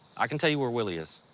i can tell you where willie is.